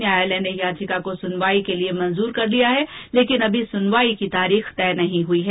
न्यायालय ने याचिका को सुनवाई के लिए स्वीकार कर लिया है लेकिन अभी सुनवाई की तारीख तय नहीं हुई है